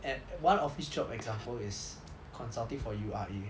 and one office job example is consulting for U_R_A